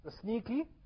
sneaky